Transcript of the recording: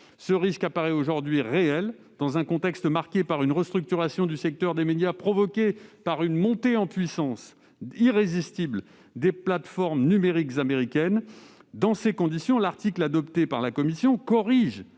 Ce risque semble aujourd'hui réel, dans un contexte marqué par une restructuration du secteur des médias provoquée par la montée en puissance irrésistible des plateformes numériques américaines. Dans ces conditions, l'article adopté par la commission corrige